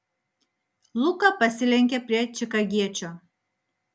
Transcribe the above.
luka pasilenkė prie čikagiečio